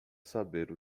saber